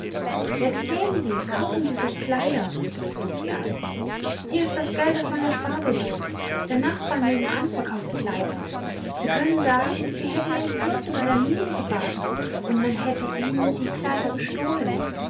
jetzt gehen sie kaufen sie sich kleider hob sie an hier ist das geld aus meiner sparbüchse der nachbar nebenan verkauft kleider sie können sagen sie hätten im flusse bei der mühle gebadet und man hätte ihnen die kleider gestohlen